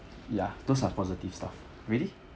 ya those are positive stuff ready